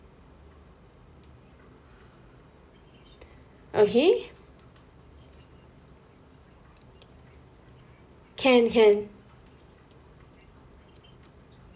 okay can can